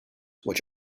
which